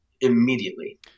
immediately